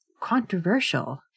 controversial